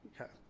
Okay